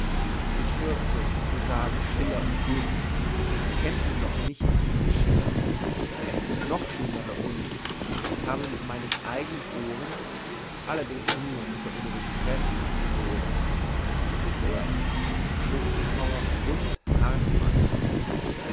ich fürchte sie sagen schiller und goethe kennt man noch nicht diesen schiller es giebt noch schlimmere und ich habe mit meinen eigenen ohren allerdings nur unter universitäts professoren gehört schopenhauer und hartmann